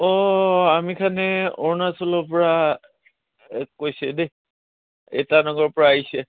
অঁ আমিখানে অৰুণাচলৰ পৰা এই কৈছে দেই ইটানগৰ পৰা আহিছে